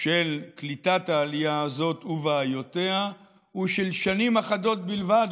של קליטת העלייה הזאת ובעיותיה הוא של שנים אחדות בלבד,